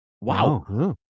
Wow